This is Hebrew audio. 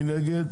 מי נגד?